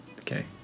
Okay